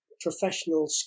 professional